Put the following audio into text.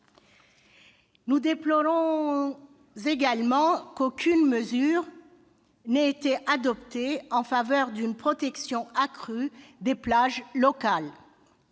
Nous déplorons également qu'aucune mesure n'ait été adoptée en faveur d'une protection accrue des plages locales.